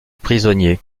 prisonnier